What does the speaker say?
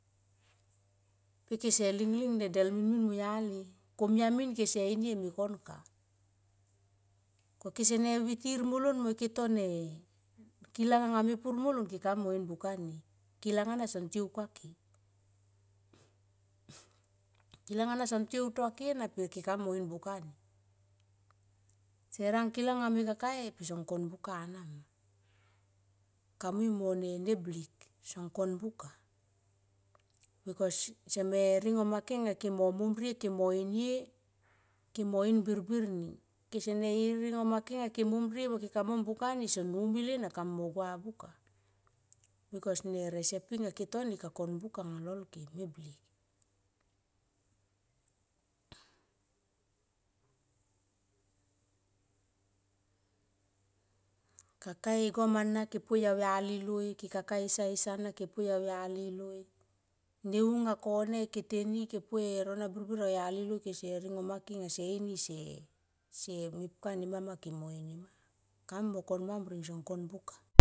Pe se ling ling de min min mo yali komia min kese inie me kon ka. Ko kese ne vitir molon mo ike to ne kilang anga mepur molon ke ka mui mo in buka ni, kelang ana son tou akua ke. Kelang an son tiou tua ke na keka mui mo in buka ni. Se rang kelang anga me kaka e pe son kon buka mama kamui mo ne blik. Son kon buka bikos seme i ringo make, ke mo mom rie ke mo inie ke mo in birbir ni kese ne i ringo make anga ke mon rie mo ke ka mom buka ni son mumil ena kamu mo gua buka bikos resepi nga ke to ni ka kon buka lol ke me blik. Kaka e gom ana ke poi au yali loi ne u nga kone ike teni ike poi e rona birbir au yali loi se ini se mepka nema ma ke mo ini ma, kamui mo kon mam ring son kon buka.